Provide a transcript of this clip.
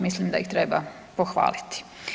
Mislim da ih treba pohvaliti.